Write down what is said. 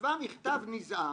וכתבה מכתב נזעם